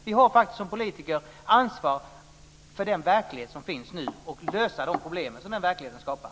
Vi har faktiskt som politiker ansvar för den verklighet som finns och för att lösa de problem som denna verklighet har skapat.